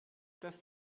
dass